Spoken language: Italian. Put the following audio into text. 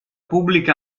pubblica